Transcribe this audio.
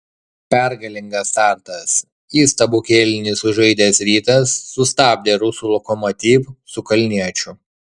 pergalingas startas įstabų kėlinį sužaidęs rytas sustabdė rusų lokomotiv su kalniečiu